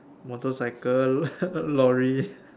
motorcycle lorry